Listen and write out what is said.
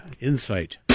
Insight